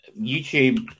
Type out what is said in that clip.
YouTube